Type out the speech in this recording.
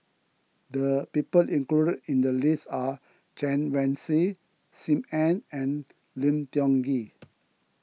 the people included in the list are Chen Wen Hsi Sim Ann and Lim Tiong Ghee